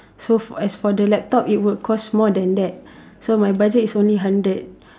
so for as for the laptop it would cost more than that so my budget is only hundred